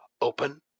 open